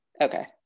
okay